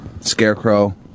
Scarecrow